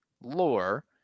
lore